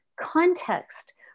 context